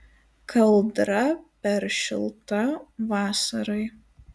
kaldra per šilta vasarai